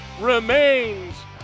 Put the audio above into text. remains